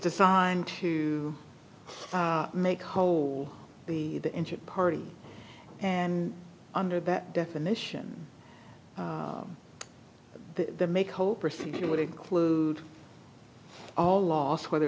designed to make whole the the injured party and under that definition the make whole procedure would include all laws whether